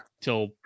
till